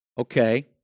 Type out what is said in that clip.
Okay